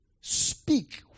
Speak